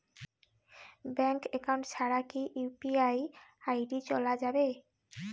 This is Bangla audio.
ব্যাংক একাউন্ট ছাড়া কি ইউ.পি.আই আই.ডি চোলা যাবে?